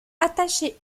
attachée